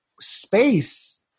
space